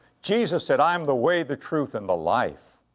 jesus said, i am the way, the truth and the life.